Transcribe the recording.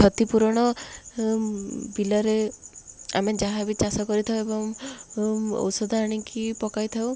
କ୍ଷତିପୂରଣ ବିଲରେ ଆମେ ଯାହାବି ଚାଷ କରିଥାଉ ଏବଂ ଔଷଧ ଆଣିକି ପକାଇ ଥାଉ